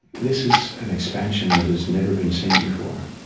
this is an expansion that has never been seen before.